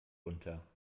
unter